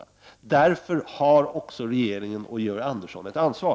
Av denna anledning har också regeringen och Georg Andersson här ett ansvar.